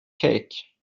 cake